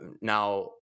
Now